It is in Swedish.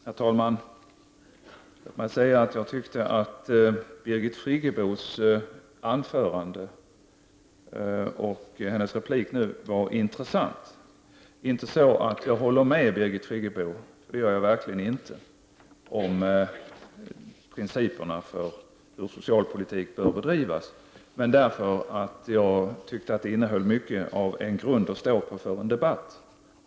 Herr talman! Låt mig säga att jag tyckte att Birgit Friggebos anförande och hennes replik var intressanta, inte så att jag håller med henne — det gör jag verkligen inte — om principerna för hur socialpolitiken bör bedrivas. Jag tyckte att hennes anförande innehöll mycket av en grund att stå på för en debatt.